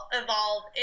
evolve